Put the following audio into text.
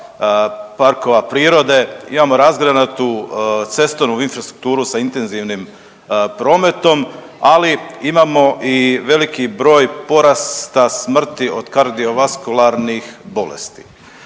parkova prirode, imamo razgranatu cestovnu infrastrukturu sa intenzivnim prometom, ali imamo i veliki broj porasta smrti od kardiovaskularnih bolesti.